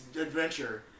adventure